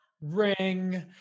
ring